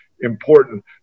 important